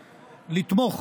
לתמוך,